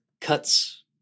cuts